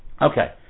Okay